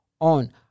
on